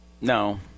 No